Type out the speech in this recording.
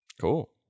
Cool